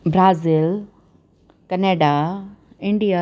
Brazil Canada India